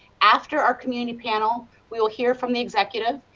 after our community panel, we will hear from the executive,